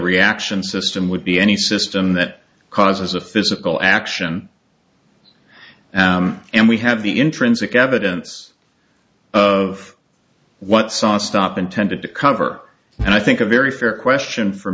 reaction system would be any system that causes a physical action and we have the intrinsic evidence of what saw stop intended to cover and i think a very fair question for